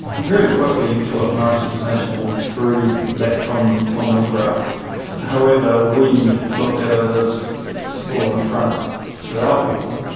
very quickly phillip morris international withdrew that from from israel. however we looked at others still an affront to our people,